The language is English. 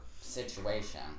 situation